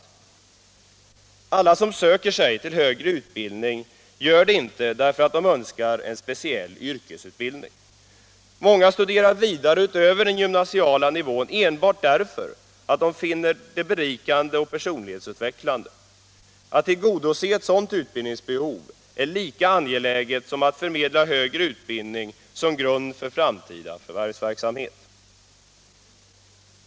Inte alla som söker sig till högre utbildning gör det därför att de önskar en speciell yrkesutbildning. Många studerar vidare utöver den gymnasiala nivån enbart därför att de finner det berikande och personlighetsutvecklande. Att tillgodose ett sådant utbildningsbehov är lika angeläget som att förmedla högre utbildning som grund för framtida förvärvsverksamhet.